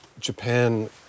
Japan